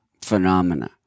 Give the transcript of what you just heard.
phenomena